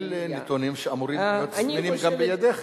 אלה נתונים שאמורים להיות זמינים גם בידך,